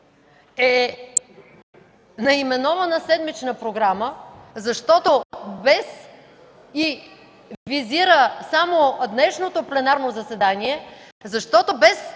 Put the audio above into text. е наименована седмична програма, защото визира само днешното пленарно заседание, защото без